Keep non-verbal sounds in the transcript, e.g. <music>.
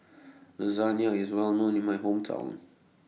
<noise> Lasagna IS Well known in My Hometown